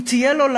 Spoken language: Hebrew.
אם תהיה לו,